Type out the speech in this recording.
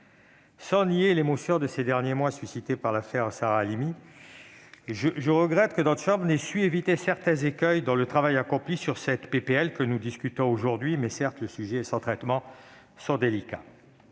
Sans nier l'émotion de ces derniers mois suscitée l'affaire Sarah Halimi, je regrette que notre chambre n'ait su éviter certains écueils dans le travail accompli sur la proposition de loi que nous discutons aujourd'hui. Certes, le sujet et son traitement sont délicats.